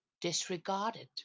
disregarded